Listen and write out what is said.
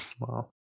Wow